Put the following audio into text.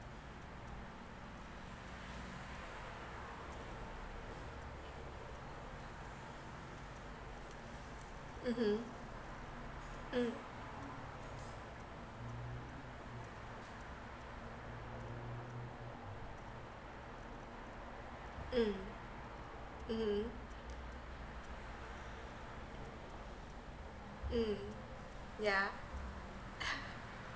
mmhmm mm mm mmhmm mm yeah